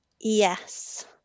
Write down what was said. Yes